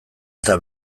eta